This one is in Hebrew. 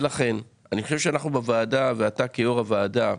ולכן, אני חושב שאנחנו בוועדה, ואתה כיו"ר הוועדה,